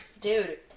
Dude